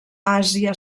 àsia